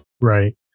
Right